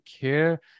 care